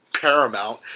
paramount